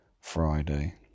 Friday